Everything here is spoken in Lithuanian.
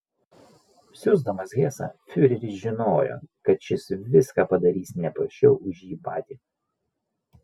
siųsdamas hesą fiureris žinojo kad šis viską padarys ne prasčiau už jį patį